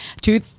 Two